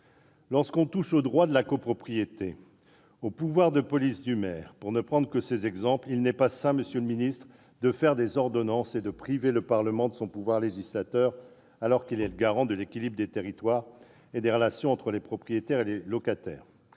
Lorsqu'on touche au droit de la copropriété, au pouvoir de police du maire, pour ne prendre que ces exemples, il n'est pas sain, monsieur le ministre, de procéder par ordonnance et de priver ainsi le Parlement de son pouvoir législatif, alors qu'il est le garant de l'équilibre des territoires et des relations entre les propriétaires et les locataires.